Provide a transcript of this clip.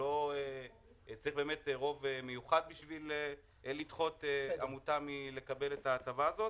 צריך רוב מיוחד מלדחות עמותה מלקבל את ההטבה הזאת.